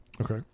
okay